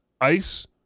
ice